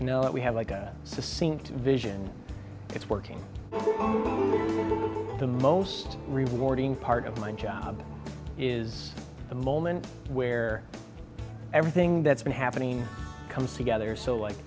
that we have like a seem to vision it's working the most rewarding part of my job is the moment where everything that's been happening comes together so like